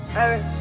Hey